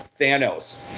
Thanos